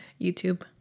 YouTube